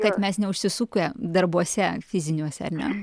kad mes neužsisukę darbuose fiziniuose ar ne